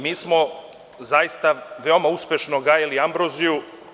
Mi smo zaista veoma uspešno gajili ambroziju.